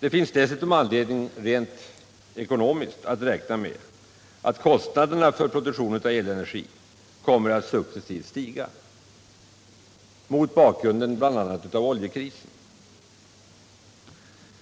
Det finns dessutom anledning att rent ekonomiskt verk i Jokkmokk räkna med att kostnaderna för produktionen av elenergi successivt kommer att stiga mot bakgrund av bl.a. oljekrisen.